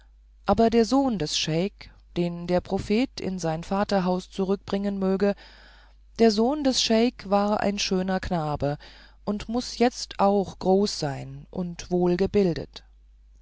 aber der sohn des scheik den der prophet in sein vaterhaus zurückbringen möge der sohn des scheik war ein schöner knabe und muß jetzt auch groß sein und